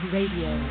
Radio